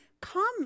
come